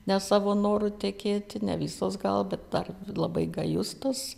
ne savo noru tekėti ne visos galbūt dar labai gajus tas